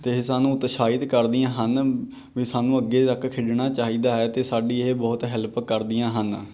ਅਤੇ ਇਹ ਸਾਨੂੰ ਉਤਸ਼ਾਹਿਤ ਕਰਦੀਆਂ ਹਨ ਵੀ ਸਾਨੂੰ ਅੱਗੇ ਤੱਕ ਖੇਡਣਾ ਚਾਹੀਦਾ ਹੈ ਅਤੇ ਸਾਡੀ ਇਹ ਬਹੁਤ ਹੈਲਪ ਕਰਦੀਆਂ ਹਨ